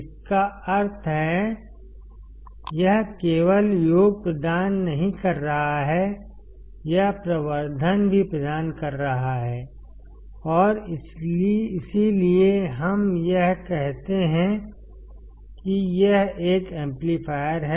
इसका अर्थ है यह केवल योग प्रदान नहीं कर रहा है यह प्रवर्धन भी प्रदान कर रहा है और इसीलिए हम यह कहते हैं कि यह एक एम्पलीफायर है